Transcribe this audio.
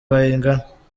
bayingana